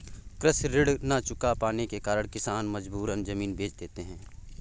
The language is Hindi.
कृषि ऋण न चुका पाने के कारण किसान मजबूरन जमीन बेच देते हैं